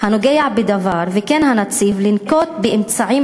הנוגע בדבר וכן על הנציב לנקוט את האמצעים